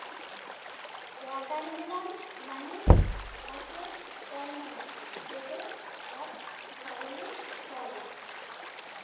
watermelon মানে হসে তরমুজ যেটো আক ধরণের ফল